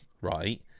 right